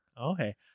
Okay